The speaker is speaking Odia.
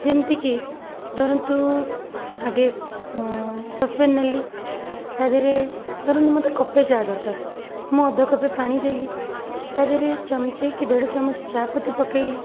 ଯେମିତି କି ଧରନ୍ତୁ ଆଗେ ସସପ୍ୟାନ୍ ନେଲି ତା'ଦେହରେ ଧରନ୍ତୁ ମୋତେ କପ୍ ଚା' ଦରକାର ମୁଁ ଅଧ କପ୍ ପାଣି ଦେଲି ତା'ଦେହରେ ଚାମଚ କି ଦେଢ଼ ଚାମଚ ଚା'ପତି ପକାଇଲି